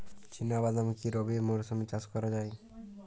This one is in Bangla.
চিনা বাদাম কি রবি মরশুমে চাষ করা যায়?